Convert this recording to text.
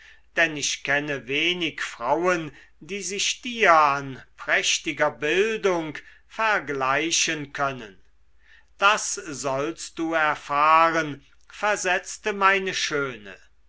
denn ich kenne wenig frauen die sich dir an prächtiger bildung vergleichen können das sollst du erfahren versetzte meine schöne